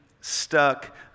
stuck